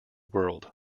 world